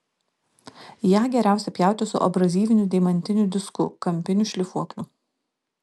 ją geriausia pjauti su abrazyviniu deimantiniu disku kampiniu šlifuokliu